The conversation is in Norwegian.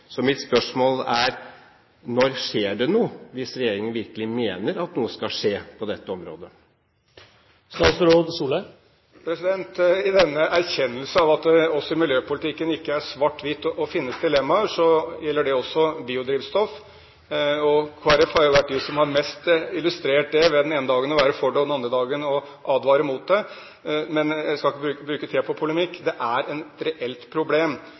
Så mitt spørsmål er: Når skjer det noe – hvis regjeringen virkelig mener at noe skal skje på dette området? Erkjennelsen av at det i miljøpolitikken ikke bare er svart-hvitt, men finnes dilemmaer, gjelder også biodrivstoff, og Kristelig Folkeparti har jo vært de som best har illustrert det, ved den ene dagen å være for det og den andre dagen å advare mot det. Men jeg skal ikke bruke tiden på polemikk. Det er et reelt problem,